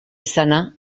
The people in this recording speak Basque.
izana